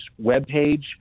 webpage